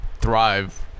thrive